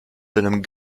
wilhelm